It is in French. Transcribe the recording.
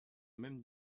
même